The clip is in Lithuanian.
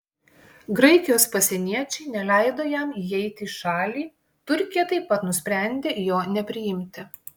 graikijos pasieniečiai neleido jam įeiti į šalį turkija taip pat nusprendė jo nepriimti